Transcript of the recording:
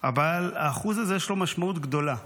אבל ה-1% הזה, יש לו משמעות גדולה,